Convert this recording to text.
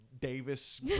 Davis